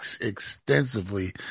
extensively